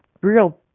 real